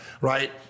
right